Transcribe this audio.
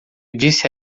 disse